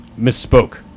misspoke